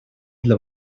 для